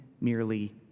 merely